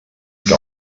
que